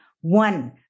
one